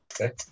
Okay